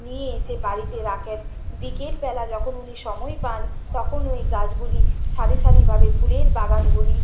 নিয়ে এসে বাড়িতে রাখেন বিকেলবেলা যখন উনি সময় পান তখন ওই গাছগুলি সারিসারিভাবে ফুলের বাগানগুলি